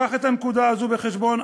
קח את הנקודה הזו בחשבון.